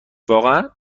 واقعا